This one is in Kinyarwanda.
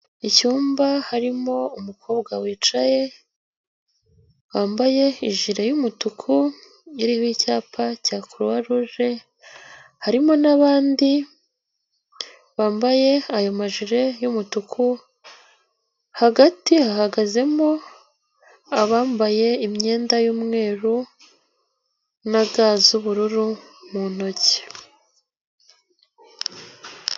Icyumba harimo umukobwa wicaye wambaye ijire y'umutuku iriho icyapa cya Croix rouge, harimo n'abandi bambaye ayo amajire y'umutuku, hagati hahagazemo abambaye imyenda y'umweru na ga z'ubururu mu ntoki.